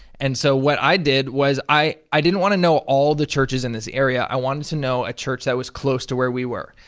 and so what i did was, i i didn't want to know all the churches in this area, i wanted to know a church that was close to where we were.